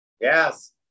Yes